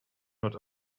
not